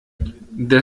der